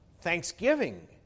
thanksgiving